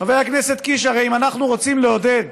חבר הכנסת קיש, הרי אם אנחנו רוצים לעודד